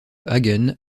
hagen